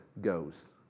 goes